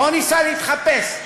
לא ניסה להתחפש,